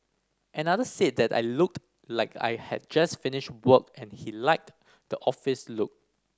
another said that I looked like I had just finished work and he liked the office look